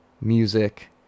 music